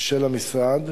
של המשרד,